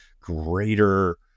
greater